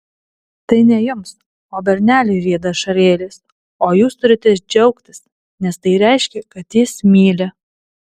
tai ne jums o berneliui rieda ašarėlės o jūs turite džiaugtis nes tai reiškia kad jis myli